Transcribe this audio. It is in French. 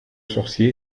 sorcier